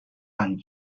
and